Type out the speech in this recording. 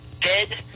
dead